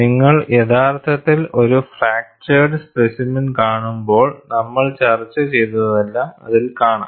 നിങ്ങൾ യഥാർത്ഥത്തിൽ ഒരു ഫ്രാക്ചർഡ് സ്പെസിമെൻ കാണുമ്പോൾ നമ്മൾ ചർച്ച ചെയ്തതെല്ലാം അതിൽ കാണാം